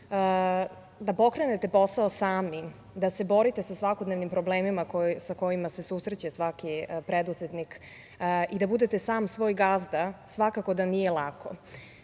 Da pokrenete posao sami, da se borite sa svakodnevnim problemima sa kojima se susreće svaki preduzetnik i da budete sam svoj gazda svakako da nije lako.